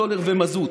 סולר ומזוט,